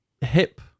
hip